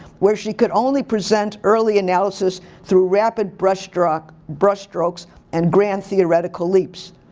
where she could only present early analysis through rapid brush strokes brush strokes and grand theoretical leaps.